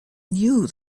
knew